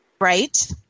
Right